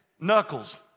Knuckles